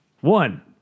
One